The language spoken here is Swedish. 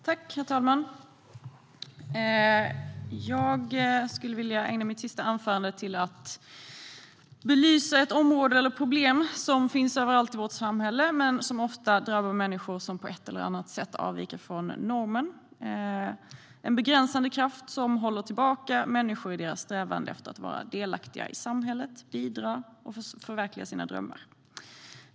Herr talman! Jag vill ägna mitt sista anförande åt att belysa ett område och ett problem som finns överallt i vårt samhälle men som ofta drabbar människor som på ett eller annat sätt avviker från normen. Det är en begränsande kraft som håller tillbaka människor i deras strävande efter att vara delaktiga i samhället, bidra och förverkliga sina drömmar.